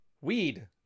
Weed